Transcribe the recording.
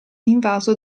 invaso